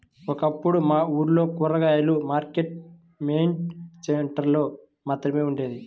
ఒకప్పుడు మా ఊర్లో కూరగాయల మార్కెట్టు మెయిన్ సెంటర్ లో మాత్రమే ఉండేది